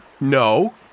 no